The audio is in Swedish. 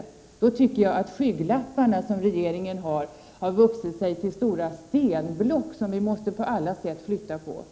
I så fall tycker jag att skygglapparna, som regeringen bär, har vuxit till stora stenblock som vi på alla sätt måste flytta på.